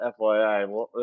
FYI